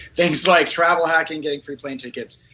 things like travel hacking game for plane tickets,